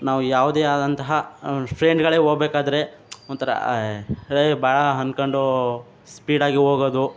ನಾವು ಯಾವುದೇ ಆದಂತಹ ಫ್ರೆಂಡ್ಗಳೇ ಹೋಗ್ಬೇಕಾದ್ರೆ ಒಂಥರ ಏ ಬಾ ಅಂದ್ಕೊಂಡು ಸ್ಪೀಡಾಗಿ ಹೋಗೋದು